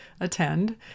attend